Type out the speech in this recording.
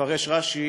מפרש רש"י,